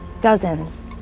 Dozens